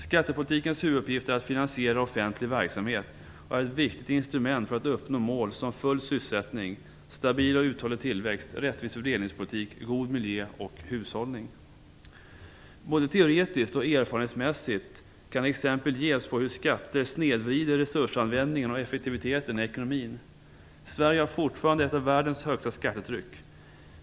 Skattepolitikens huvuduppgift är att finansiera offentlig verksamhet och är ett viktigt instrument för att uppnå mål som full sysselsättning, stabil och uthållig tillväxt, rättvis fördelningspolitik, god miljö och hushållning. Både teoretiskt och erfarenhetsmässigt kan exempel ges på hur skatter snedvrider resursanvändningen och effektiviteten i ekonomin. Sverige har fortfarande ett av världens högsta skattetryck.